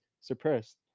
suppressed